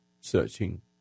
searching